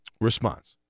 response